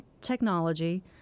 technology